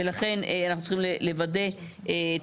ולכן, אנחנו צריכים לוודא את